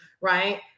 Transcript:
Right